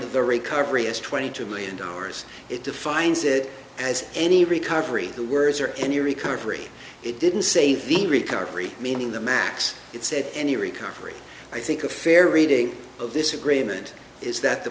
the recovery as twenty two million dollars it defines it as any recovery the words or any recovery it didn't say the recovery meaning the max it said any recovery i think a fair reading of this agreement is that the